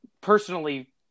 personally